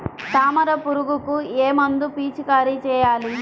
తామర పురుగుకు ఏ మందు పిచికారీ చేయాలి?